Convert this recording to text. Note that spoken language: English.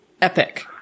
epic